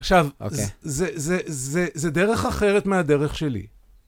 עכשיו, זה דרך אחרת מהדרך שלי.